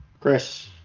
Chris